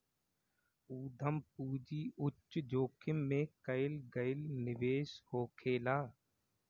उद्यम पूंजी उच्च जोखिम में कईल गईल निवेश होखेला